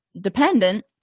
dependent